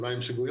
אולי הן שגויות,